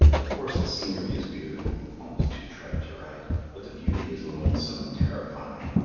of course the scenery is beautiful almost too trite to write but the beauty is lonesome and terrifying,